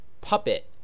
puppet